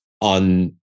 on